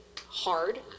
hard